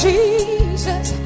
Jesus